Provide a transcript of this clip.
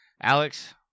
Alex